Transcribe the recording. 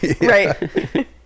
right